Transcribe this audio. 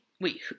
Wait